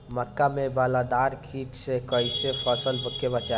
मक्का में बालदार कीट से कईसे फसल के बचाई?